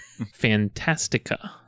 Fantastica